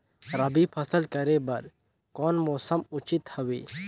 रबी फसल करे बर कोन मौसम उचित हवे?